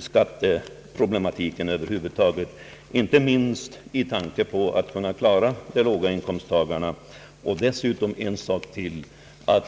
skattesystemet över huvud taget, inte minst med hänsyn till de låga inkomsttagarna. Dessutom vill jag påpeka en annan sak.